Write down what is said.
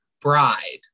bride